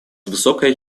высокая